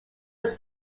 was